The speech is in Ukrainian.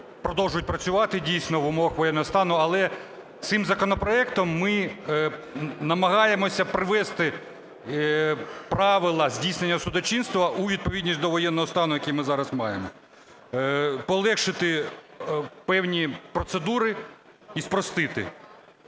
продовжують працювати дійсно в умовах воєнного стану. Але цим законопроектом ми намагаємося привести правила здійснення судочинства у відповідність до воєнного стану, який ми зараз маємо, полегшити певні процедури і спростити.